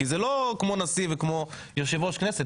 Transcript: כי זה לא כמו נשיא וכמו יושב ראש כנסת,